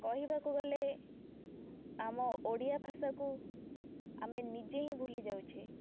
କହିବାକୁ ଗଲେ ଆମ ଓଡ଼ିଆ ଭାଷାକୁ ଆମେ ନିଜେ ହିଁ ଭୁଲି ଯାଉଛୁ